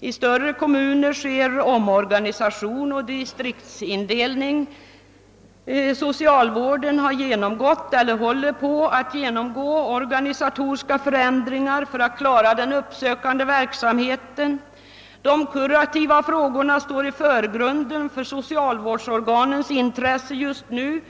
i större kommuner sker omorganisation och distriktsindelning. Socialvården har genomgått eller håller på att genomgå organisatoriska förändringar för att klara den uppsökande verksamheten. De kurativa frågorna står i förgrunden för socialvårdsorganens intresse just nu.